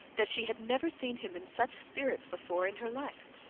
that she had never seen him in such spirits before in her life.